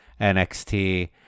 NXT